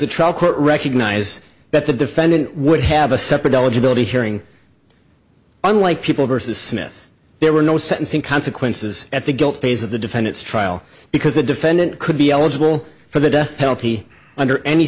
court recognized that the defendant would have a separate eligibility hearing unlike people versus smith there were no sentencing consequences at the guilt phase of the defendant's trial because a defendant could be eligible for the death penalty under any